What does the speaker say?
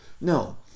No